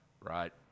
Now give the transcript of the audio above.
right